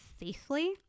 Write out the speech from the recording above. safely